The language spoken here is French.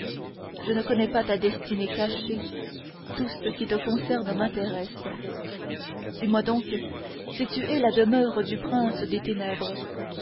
je ne connais pas ta destinée cachée tout ce qui te concerne m'intéresse dis-moi donc si tu es la demeure du prince des ténèbres